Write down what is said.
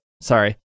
Sorry